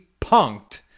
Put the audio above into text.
punked